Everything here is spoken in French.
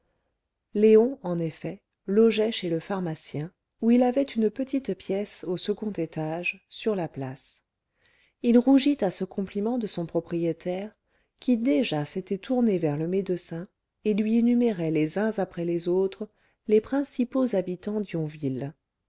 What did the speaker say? léon en effet logeait chez le pharmacien où il avait une petite pièce au second étage sur la place il rougit à ce compliment de son propriétaire qui déjà s'était tourné vers le médecin et lui énumérait les uns après les autres les principaux habitants d'yonville il